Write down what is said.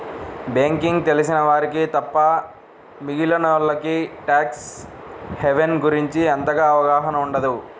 banking తెలిసిన వారికి తప్ప మిగిలినోల్లకి ట్యాక్స్ హెవెన్ గురించి అంతగా అవగాహన ఉండదు